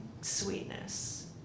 sweetness